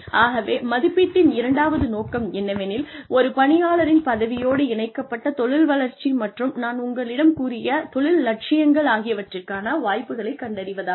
ஆகவே மதிப்பீட்டின் இரண்டாவது நோக்கம் என்னவெனில் ஒரு பணியாளரின் பதவியோடு இணைக்கப்பட்ட தொழில் வளர்ச்சி மற்றும் நான் உங்களிடம் கூறிய தொழில் இலட்சியங்கள் ஆகியவற்றிற்கான வாய்ப்புகளைக் கண்டறிவதாகும்